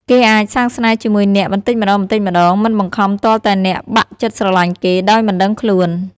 គេអាច សាងស្នេហ៍ជាមួយអ្នកបន្តិចម្តងៗ មិនបង្ខំទាល់តែអ្នកបាក់ចិត្តស្រលាញ់គេ ដោយមិនដឹងខ្លួន។